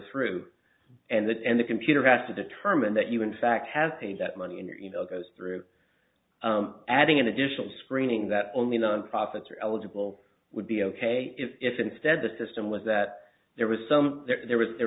through and that and the computer has to determine that you in fact have paid that money in your email goes through adding an additional screening that only nonprofits are eligible would be ok if instead the system was that there was some there was there